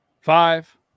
Five